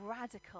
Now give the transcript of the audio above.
radical